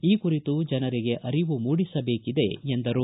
ಈ ಕುರಿತು ಜನರಿಗೆ ಅರಿವು ಮೂಡಿಸಬೇಕಿದೆ ಎಂದರು